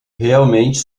realmente